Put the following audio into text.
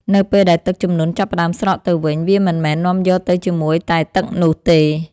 នៅពេលដែលទឹកជំនន់ចាប់ផ្ដើមស្រកទៅវិញ វាមិនមែននាំយកទៅជាមួយតែទឹកនោះទេ។